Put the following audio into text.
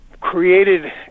created